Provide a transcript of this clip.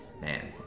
man